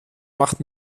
macht